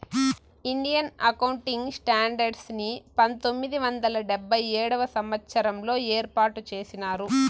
Indian accounting standards ని పంతొమ్మిది వందల డెబ్భై ఏడవ సంవచ్చరంలో ఏర్పాటు చేసినారు